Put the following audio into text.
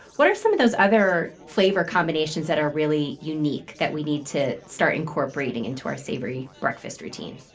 what are some of those other flavor combinations that are really unique that we need to start incorporating into our savory breakfast routine?